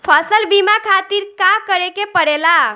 फसल बीमा खातिर का करे के पड़ेला?